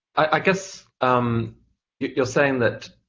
i guess um you're saying that,